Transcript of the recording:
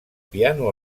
piano